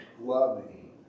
loving